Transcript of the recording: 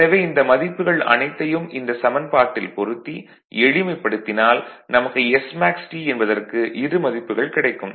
எனவே இந்த மதிப்புகள் அனைத்தையும் இந்த சமன்பாட்டில் பொருத்தி எளிமைப்படுத்தினால் நமக்கு smaxT என்பதற்கு இரு மதிப்புகள் கிடைக்கும்